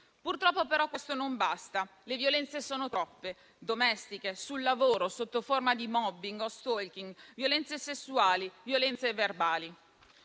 Purtroppo, però, questo non basta. Le violenze sono troppe: domestiche, sul lavoro, sotto forma di *mobbing* o *stalking*, violenze sessuali o violenze verbali.